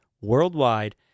worldwide